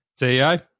CEO